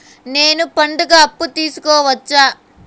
నేను పండుగ అప్పు తీసుకోవచ్చా?